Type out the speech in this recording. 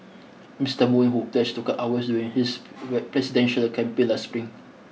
Mister Moon who pledged to cut hours during his presidential campaign last spring